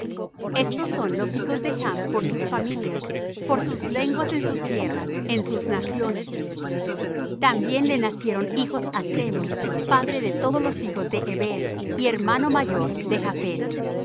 estos son los hijos de chm por sus familias por sus lenguas en sus tierras en sus naciones también le nacieron hijos á sem padre de todos los hijos de heber y hermano mayor de japhet